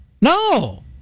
No